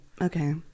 Okay